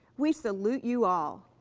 we salute you all.